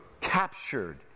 captured